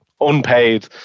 unpaid